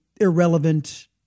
irrelevant